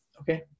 Okay